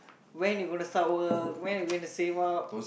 when you gonna start work when you gonna save up